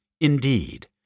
Indeed